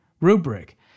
rubric